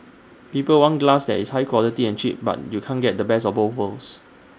people want glass that is high quality and cheap but you can't get the best of both worlds